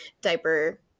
diaper